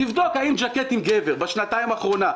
תבדוק האם ג'קטים לגבר בשנתיים האחרונות,